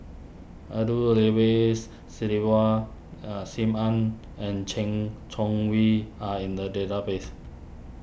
Abdul are Sim Ann and Chen Chong wee are in the database